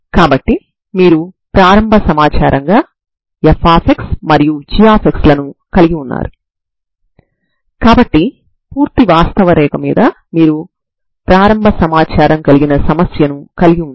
కాబట్టి మీరు వాస్తవానికి Bnb aabgsin nπb a dxnπcabnπb a dx గా వ్రాస్తేn 123 కు Bn ఎంతో నాకు తెలుసు